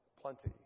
plenty